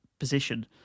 Position